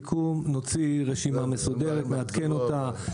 נוציא רשימה מסודרת, נעדכן אותה.